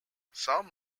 some